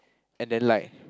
and then like